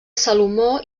salomó